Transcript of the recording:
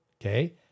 Okay